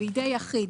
בידי יחיד.